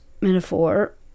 metaphor